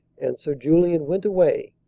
and sir julian went away,